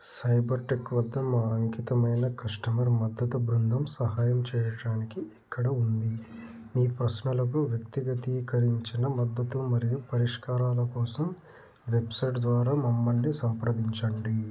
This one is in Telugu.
సైబర్టెక్ వద్ద మా అంకితమైన కస్టమర్ మద్దతు బృందం సహాయం చెయ్యడానికి ఇక్కడ ఉంది మీ ప్రశ్నలకు వ్యక్తిగతీకరించిన మద్దతు మరియు పరిష్కారాల కోసం వెబ్సైట్ ద్వారా మమ్మల్ని సంప్రదించండి